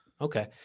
Okay